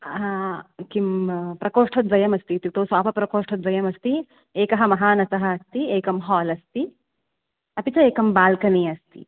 किम् प्रकोष्ठद्वयमस्ति इत्युक्तौ स्वापप्रकोष्ठद्वयमस्ति एकः महानसः अस्ति एकं हाल् अस्ति अपि च एकं बाल्कनि अस्ति